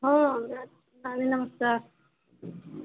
ହଁ ନାନୀ ନମସ୍କାର